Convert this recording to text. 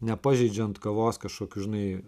nepažeidžiant kavos kažkokių žinai